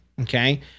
Okay